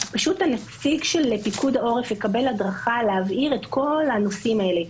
הנציג של פיקוד העורף יקבל הדרכה להבהיר את כל הנושאים האלה,